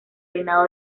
reinado